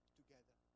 together